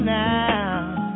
now